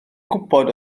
gwybod